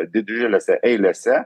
didžiulėse eilėse